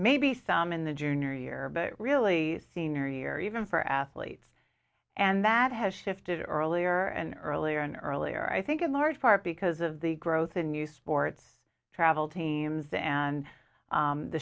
maybe some in the junior year but really senior year even for athletes and that has shifted earlier and earlier and earlier i think in large part because of the growth in new sports travel teams and